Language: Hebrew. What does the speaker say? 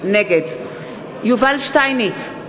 נגד יובל שטייניץ,